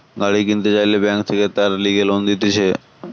গাড়ি কিনতে চাইলে বেঙ্ক থাকে তার লিগে লোন দিতেছে